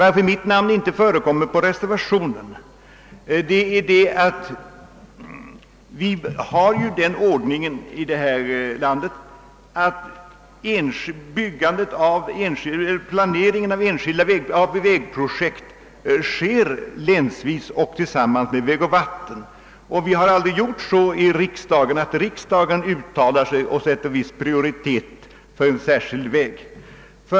Att mitt namn inte förekommer på reservationen c — en blank reservation — beror på att vi ju i detta land har den ordningen att planeringen av vägprojekt äger rum länsvis i samarbete med vägoch vattenbyggnadsstyrelsen och att riksdagen aldrig uttalar sig för att viss prioritet skall ges åt någon särskild vägsträcka.